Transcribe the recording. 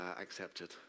accepted